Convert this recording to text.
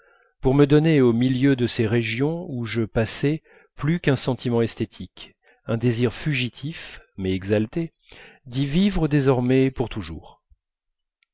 pour me donner au milieu de ces régions où je passais plus qu'un sentiment esthétique un désir fugitif mais exalté d'y vivre désormais pour toujours